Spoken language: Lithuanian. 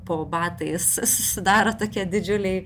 po batais susidaro tokie didžiuliai